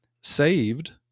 saved